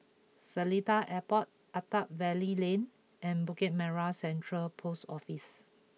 Seletar Airport Attap Valley Lane and Bukit Merah Central Post Office